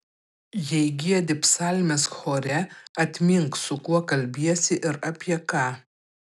jei giedi psalmes chore atmink su kuo kalbiesi ir apie ką